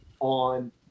on